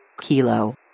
Kilo